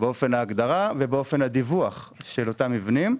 באופן ההגדרה ובאופן הדיווח של אותם מבנים.